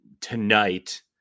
tonight